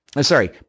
Sorry